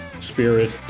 Spirit